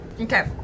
Okay